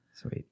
Sweet